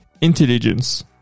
Intelligence